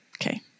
okay